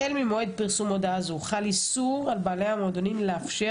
החל ממועד פרסום הודעה זו חל איסור על בעלי המועדונים לאפשר